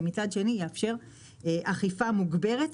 ומצד שני, יאפשר אכיפה מוגברת,